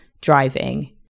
driving